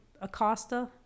Acosta